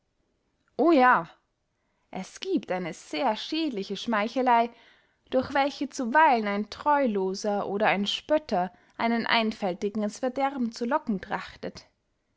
o ja es giebt eine sehr schädliche schmeicheley durch welche zuweilen ein treuloser oder ein spötter einen einfältigen ins verderben zu locken trachtet